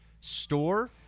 store